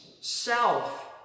Self